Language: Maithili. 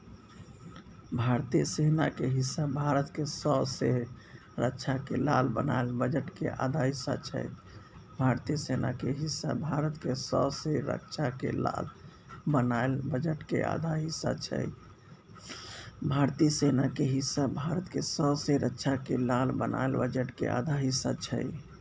भारतीय सेना के हिस्सा भारत के सौँसे रक्षा के लेल बनायल बजट के आधा हिस्सा छै